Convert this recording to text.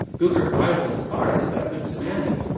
google driverless cars have got good semantics,